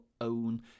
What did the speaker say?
own